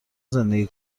زندگی